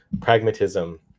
pragmatism